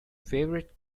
favorite